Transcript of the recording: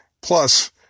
Plus